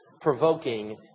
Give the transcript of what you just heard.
provoking